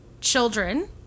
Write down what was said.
children